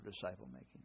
disciple-making